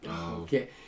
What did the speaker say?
okay